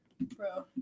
Bro